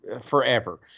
forever